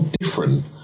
different